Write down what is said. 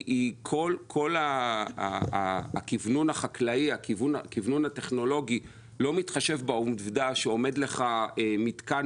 כל הכיוונן הטכנולוגי החקלאי לא מתחשב בעובדה שעומד לך מתקן,